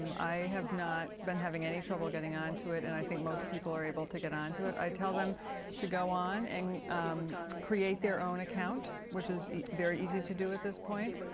i have is not been having any trouble getting on to it and i think most people are able to get on to it. i tell them to go on and create their own account, which is very easy to do at this point.